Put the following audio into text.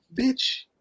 bitch